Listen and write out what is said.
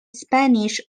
spanish